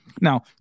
Now